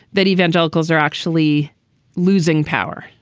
that evangelicals are actually losing power.